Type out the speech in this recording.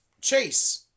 Chase